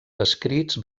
descrits